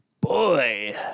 Boy